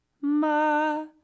ma